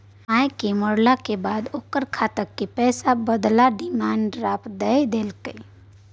मायक मरलाक बाद ओकर खातक पैसाक बदला डिमांड ड्राफट दए देलकै